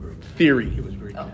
theory